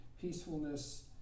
peacefulness